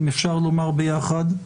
אם אפשר לומר ביחד,